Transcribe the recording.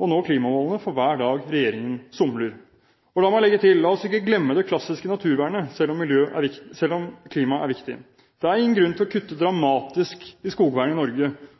å nå klimamålene for hver dag regjeringen somler. La meg legge til: La oss ikke glemme det klassiske naturvernet, selv om klima er viktig. Det er ingen grunn til å kutte dramatisk i skogvern i Norge